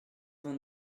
vingt